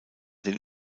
den